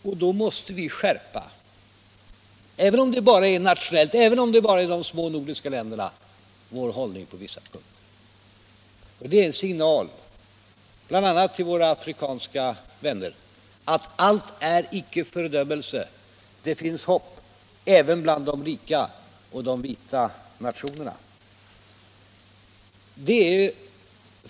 Och då måste vi — även om det bara sker nationellt, och även om det bara är vi i de små nordiska länderna — skärpa vår hållning på vissa punkter! Det blir en signal till våra afrikanska vänner, ett meddelande att allt icke är fördömelse. Det finns hopp även bland de rika, vita nationerna.